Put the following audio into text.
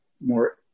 more